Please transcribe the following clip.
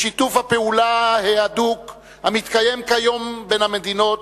בשיתוף הפעולה ההדוק המתקיים כיום בין המדינות,